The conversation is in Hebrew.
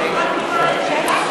(קוראת בשמות חברי הכנסת)